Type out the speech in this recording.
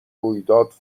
رویداد